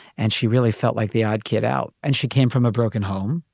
and she really felt like the odd kid out. and she came from a broken home.